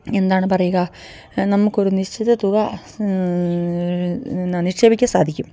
എന്താണ് പറയുക നമുക്കൊരു നിശ്ചിത തുക നിക്ഷേപിക്കാൻ സാധിക്കും